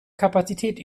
kapazität